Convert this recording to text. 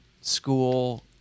school